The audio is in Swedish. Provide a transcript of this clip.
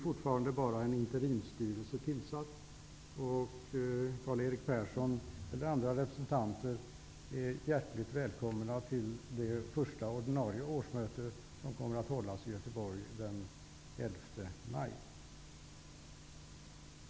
Fortfarande är bara en interimsstyrelse tillsatt, och Karl-Erik Persson eller andra representanter för Vänsterpartiet är hjärtligt välkomna till det första ordinarie årsmötet, som kommer att hållas i Göteborg den 11 maj.